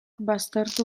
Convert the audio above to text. baztertu